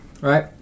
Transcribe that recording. right